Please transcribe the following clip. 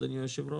אדוני היושב-ראש,